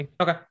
Okay